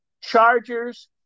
Chargers